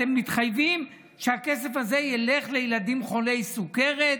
אתם מתחייבים שהכסף הזה ילך לילדים חולי סוכרת,